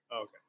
Okay